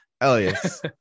Elias